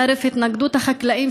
חרף התנגדות החקלאים,